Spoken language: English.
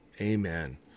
amen